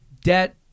debt